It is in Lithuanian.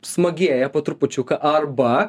smagėja po trupučiuką arba